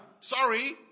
Sorry